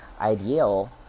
ideal